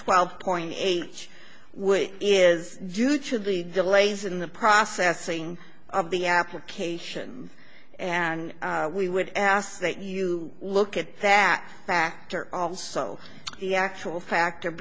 twelve point eight which is usually delays in the processing of the application and we would ask that you look at that factor also the actual factor